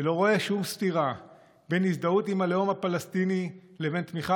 ולא רואה שום סתירה בין הזדהות עם הלאום הפלסטיני לבין תמיכה